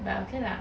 but okay lah